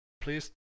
please